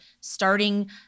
starting